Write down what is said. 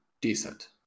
decent